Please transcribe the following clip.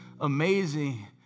amazing